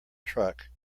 truck